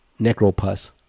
Necropus